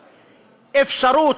אפשרות,